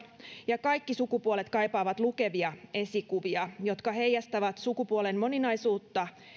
ja kaikki sukupuolet kaipaavat lukevia esikuvia jotka heijastavat sukupuolen moninaisuutta